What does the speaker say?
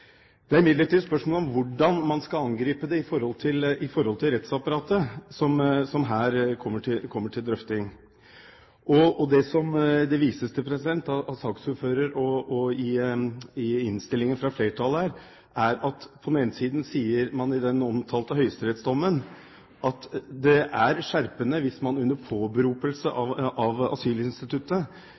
Det er imidlertid spørsmålet om hvordan rettsapparatet skal angripe dette, som her kommer til drøfting. Det som det vises til fra saksordføreren i innstillingen og fra flertallet, er at man på den ene siden sier i den omtalte høyesterettsdommen at det er skjerpende hvis man under påberopelse av asylinstituttet